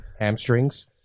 hamstrings